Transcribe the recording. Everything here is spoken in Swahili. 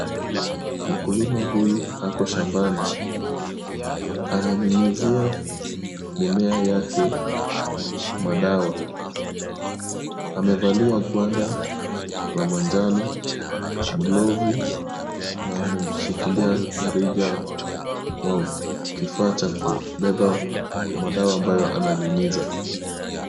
Mkulima huyu ako shambani. Ananyunyizia mimea yake madawa. Amevalia gwanda la manjano, glove na amemshikilia mrija wa kifaa cha kubeba madawa ambayo ananyunyiza.